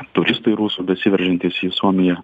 turistai rusų besiveržiantys į suomiją